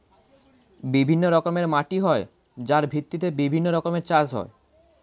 বিভিন্ন রকমের মাটি হয় যার ভিত্তিতে বিভিন্ন রকমের চাষ হয়